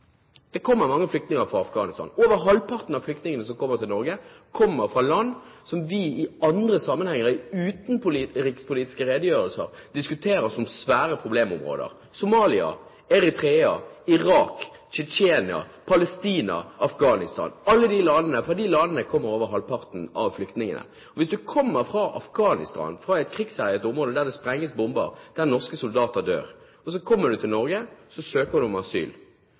vi i andre sammenhenger i utenrikspolitiske redegjørelser diskuterer som svære problemområder, som Somalia, Eritrea, Irak, Tsjetsjenia, Palestina, Afghanistan. Fra disse landene kommer over halvparten av flyktningene. Hvis du kommer fra Afghanistan til Norge, fra et krigsherjet område der det sprenges bomber og der norske soldater dør, og søker om asyl, er det strenge krav til å få opphold. En god del får, men en god del får avslag, men de har altså ikke misbrukt asylinstituttet. Hvis du